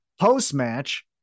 post-match